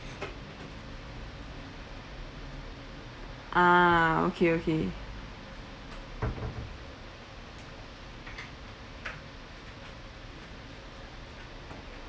ah okay okay